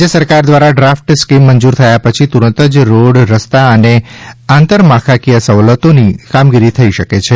રાજ્ય સરકાર દ્વારા ડ્રાફ્ટ સ્કીમ મંજુર થયા પછી તુરંત જ રોડ રસ્તા અને આંતરમાળખાકીય સવલતોની કામગીરી થઈ શકે છે